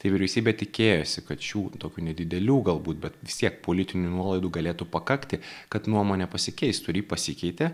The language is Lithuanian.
tai vyriausybė tikėjosi kad šių tokių nedidelių galbūt bet vis tiek politinių nuolaidų galėtų pakakti kad nuomonė pasikeistų ir ji pasikeitė